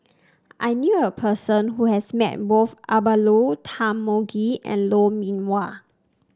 I knew a person who has met both Abdullah Tarmugi and Lou Mee Wah